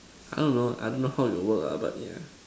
I don't know I don't know how it will work lah but yeah